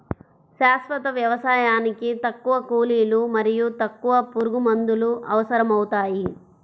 శాశ్వత వ్యవసాయానికి తక్కువ కూలీలు మరియు తక్కువ పురుగుమందులు అవసరమవుతాయి